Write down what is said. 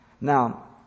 Now